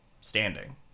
standing